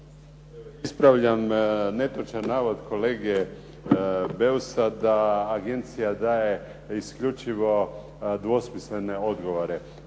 Ispravljam netočan navod kolege Beusa da agencija daje isključivo dvosmislene odgovore.